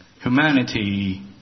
humanity